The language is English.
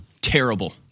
Terrible